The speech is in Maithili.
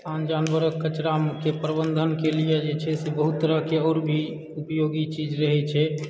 आन जानवरक कचराके प्रबन्धनके लिअ जे छै से बहुत तरहकेँ आओर भी उपयोगी चीज रहैत छै